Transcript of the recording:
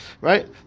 right